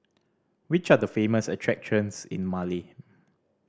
which are the famous attractions in Male